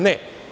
Ne.